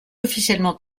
officiellement